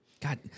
God